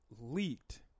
leaked